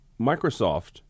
Microsoft